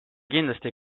kindlasti